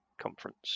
conference